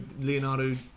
Leonardo